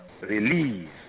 release